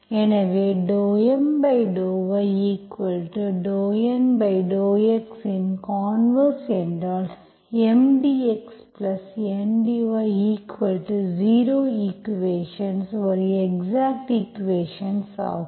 எனவே ∂M∂y∂N∂x இன் கான்வெர்ஸ் என்றால் M dxN dy0 ஈக்குவேஷன்ஸ் ஒரு எக்ஸாக்ட் ஈக்குவேஷன்ஸ் ஆகும்